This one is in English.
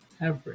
Average